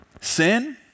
sin